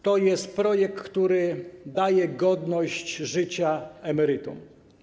To jest projekt, który daje godność życia emerytom.